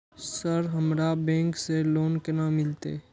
Sir हमरा bank से loan केना मिलते?